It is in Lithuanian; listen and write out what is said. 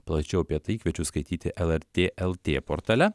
plačiau apie tai kviečiu skaityti lrt lt portale